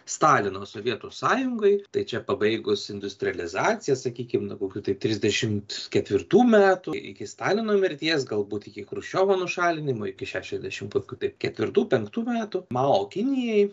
stalino sovietų sąjungoj tai čia pabaigus industrializaciją sakykim na kokių tai trisdešimt ketvirtų metų iki stalino mirties galbūt iki chruščiovo nušalinimo iki šešiasdešimt kokių tai ketvirtų penktų metų mao kinijai